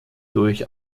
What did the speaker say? durch